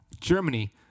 Germany